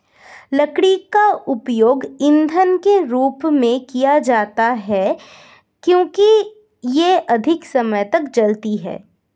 लकड़ी का उपयोग ईंधन के रूप में किया जाता है क्योंकि यह अधिक समय तक जलती है